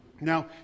Now